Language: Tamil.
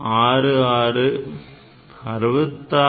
66 66